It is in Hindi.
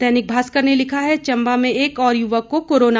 दैनिक भास्कर ने लिखा है चम्बा में एक और युवक को कोरोना